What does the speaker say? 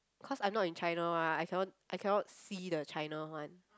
cause I'm not in China [what] I cannot I cannot see the China one